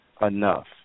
enough